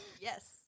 Yes